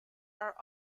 are